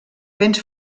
vents